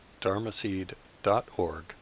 dharmaseed.org